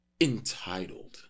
Entitled